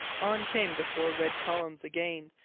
on came the four red columns again,